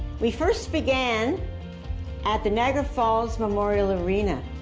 we first began at the niagara falls memorial arena.